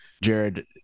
Jared